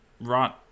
right